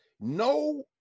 No